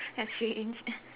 ya strange